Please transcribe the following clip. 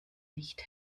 nicht